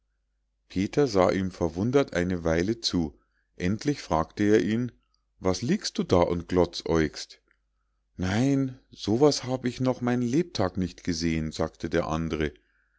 peter sah ihm verwundert eine weile zu endlich fragte er ihn was liegst du da und glotzäugst nein so was hab ich noch mein lebtag nicht gesehen sagte der andre